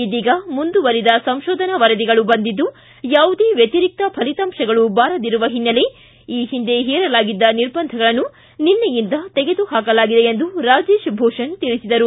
ಇದೀಗ ಮುಂದುವರಿದ ಸಂತೋಧನಾ ವರದಿಗಳು ಬಂದಿದ್ದು ಯಾವುದೇ ವ್ಯತಿರಿಕ್ತ ಫಲಿತಾಂತಗಳು ಬಾರದಿರುವ ಓನ್ನೆಲೆ ಈ ಹಿಂದೆ ಹೇರಲಾಗಿದ್ದ ನಿರ್ಬಂಧಗಳನ್ನು ನಿನ್ನೆಯಿಂದ ತೆಗೆದುಹಾಕಲಾಗಿದೆ ಎಂದು ರಾಜೇಶ್ ಭೂಷಣ್ ತಿಳಿಸಿದರು